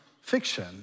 fiction